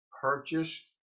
purchased